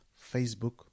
Facebook